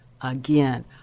Again